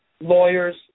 lawyers